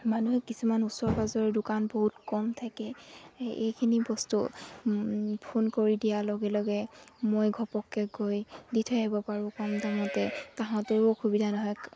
মানুহে কিছুমান ওচৰ পাজৰ দোকান বহুত কম থাকে এইখিনি বস্তু ফোন কৰি দিয়াৰ লগে লগে মই ঘপককে গৈ দি থৈ আহিব পাৰোঁ কম দামতে তাহাঁতৰো অসুবিধা নহয়